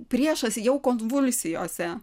priešas jau konvulsijose